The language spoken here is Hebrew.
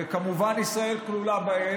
וכמובן ישראל כלולה בהן,